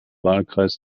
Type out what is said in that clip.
wahlkreis